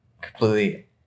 completely